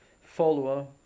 follower